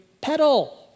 Pedal